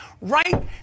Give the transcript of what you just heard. right